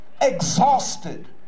exhausted